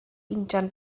injan